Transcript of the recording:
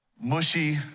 mushy